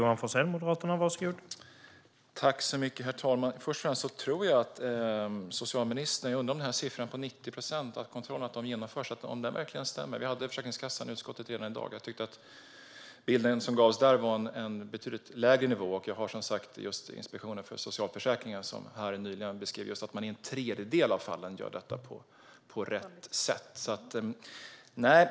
Herr talman! Jag undrar om socialministerns uppgift om att 90 procent av kontrollerna genomförs verkligen stämmer. Vi hade Försäkringskassan i utskottet i dag, och jag tyckte att det gavs en bild av en betydligt lägre nivå. Inspektionen för socialförsäkringen har som sagt nyligen beskrivit att man gör detta på rätt sätt i en tredjedel av fallen.